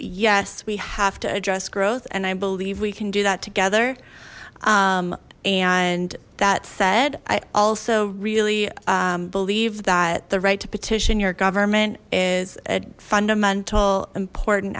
yes we have to address growth and i believe we can do that together and that said i also really believe that the right to petition your government is a fundamental important